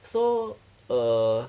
so err